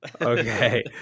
Okay